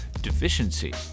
deficiency